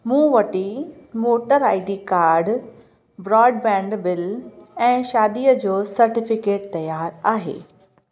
मूं वटि voter I D card broadband bill ऐं शादीअ जो सर्टिफिकेट तयारु आहे